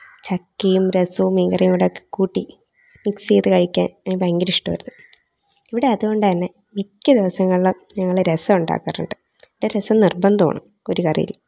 ചക്കയും രസവും മീൻ കറിയും കൂടെ ഒക്കെ കൂട്ടി മിക്സ് ചെയ്ത് കഴിക്കാൻ എനിക്ക് ഭയങ്കര ഇഷ്ടമായിരുന്നു ഇവിടെ അതുകൊണ്ട് തന്നെ മിക്ക ദിവസങ്ങളിലും ഞങ്ങൾ രസം ഉണ്ടാക്കാറുണ്ട് രസം നിർബന്ധമാണ് ഒരു കറിയിൽ